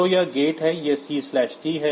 तो यह GATE है यह C T है